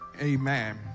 Amen